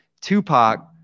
Tupac